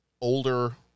older